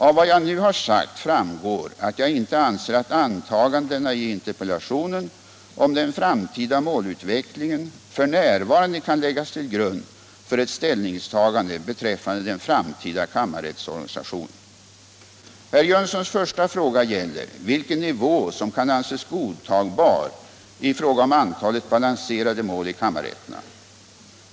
Av vad jag nu har sagt framgår att jag inte anser att antagandena i interpellationen om den framtida målutvecklingen f.n. kan läggas till grund för ett ställningstagande beträffande den framtida kammarrättsorganisationen. Herr Jönssons i Malmö första fråga gäller vilken nivå som kan anses godtagbar i fråga om antalet balanserade mål i kammarrätterna.